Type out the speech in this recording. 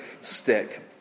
stick